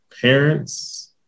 parents